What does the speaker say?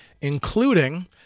including